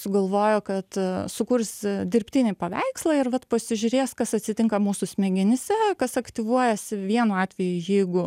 sugalvojo kad sukurs dirbtinį paveikslą ir vat pasižiūrės kas atsitinka mūsų smegenyse kas aktyvuojasi vienu atveju jeigu